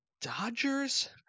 dodgers